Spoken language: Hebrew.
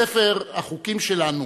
ספר החוקים שלנו,